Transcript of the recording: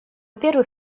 первых